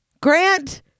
Grant